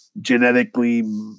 genetically